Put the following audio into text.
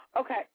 Okay